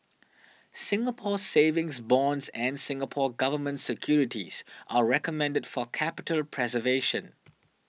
Singapore Savings Bonds and Singapore Government Securities are recommended for capital preservation